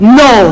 no